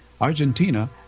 Argentina